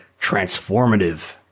transformative